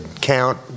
count